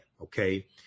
okay